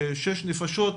שש נפשות,